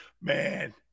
Man